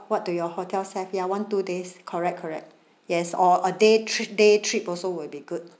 what do your hotels have ya one two days correct correct yes or a day trip day trip also would be good